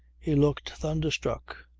he looked thunderstruck.